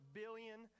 billion